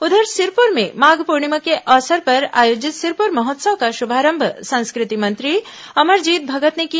उधर सिरपुर में माघ पूर्णिमा के अवसर पर आयोजित सिरपुर महोत्सव का शुभारंभ संस्कृति मंत्री अमरजीत भगत ने किया